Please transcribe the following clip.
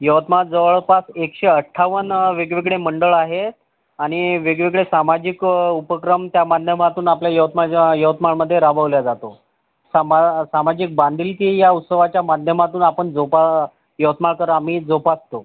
यवतमाळ जवळपास एकशे अठ्ठावन्न वेगवेगळे मंडळ आहे आणि वेगवेगळे सामाजिक उपक्रम त्या माध्यमातून आपल्या यवतमाळच्या यवतमाळमध्ये राबवला जातो सामा सामाजिक बांधिलकी या उत्सवाच्या माध्यमातून आपण जोपा यवतमाळकर आम्ही जोपासतो